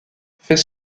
fait